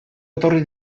etorri